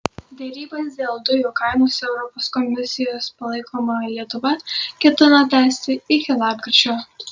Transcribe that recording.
derybas dėl dujų kainos europos komisijos palaikoma lietuva ketina tęsti iki lapkričio